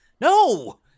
No